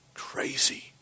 crazy